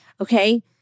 Okay